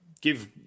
Give